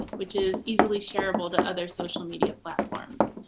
which is easily shareable to other social media platforms.